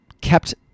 kept